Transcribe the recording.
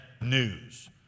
news